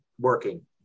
working